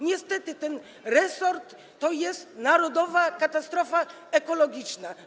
Niestety ten resort to jest narodowa katastrofa ekologiczna.